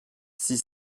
six